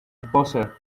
posher